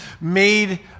made